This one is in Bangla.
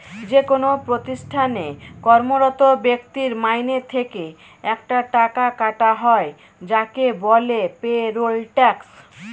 যেকোন প্রতিষ্ঠানে কর্মরত ব্যক্তির মাইনে থেকে একটা টাকা কাটা হয় যাকে বলে পেরোল ট্যাক্স